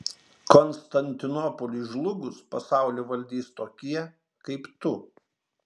konstantinopoliui žlugus pasaulį valdys tokie kaip tu